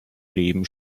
leben